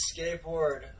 skateboard